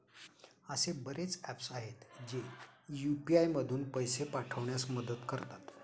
असे बरेच ऍप्स आहेत, जे यू.पी.आय मधून पैसे पाठविण्यास मदत करतात